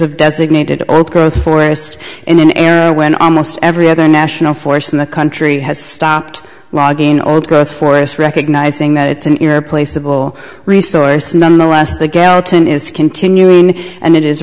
of designated old growth forest in an era when almost every other national force in the country has stopped logging old growth forest recognizing that it's an irreplaceable resource nonetheless the gallatin is continuing and it is